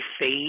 fade